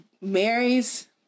marries